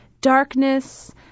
darkness